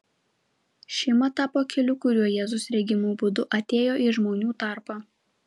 šeima tapo keliu kuriuo jėzus regimu būdu atėjo į žmonių tarpą